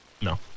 No